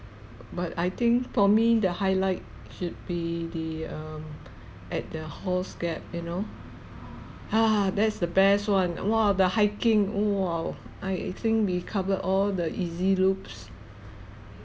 but I think for me the highlight should be the um at the halls gap you know ha that's the best one !wah! the hiking !wah! I think we cover all the easy loops